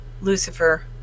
Lucifer